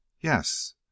Yes